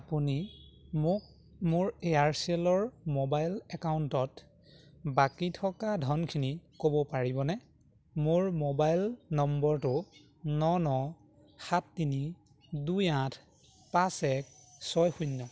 আপুনি মোক মোৰ এয়াৰচেলৰ মোবাইল একাউণ্টত বাকী থকা ধনখিনি ক'ব পাৰিবনে মোৰ মোবাইল নম্বৰটো ন ন সাত তিনি দুই আঠ পাঁচ এক ছয় শূন্য